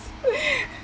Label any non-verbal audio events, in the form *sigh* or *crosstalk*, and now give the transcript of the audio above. *laughs*